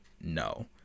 no